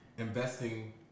investing